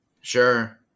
Sure